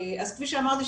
אז כפי שאמרתי,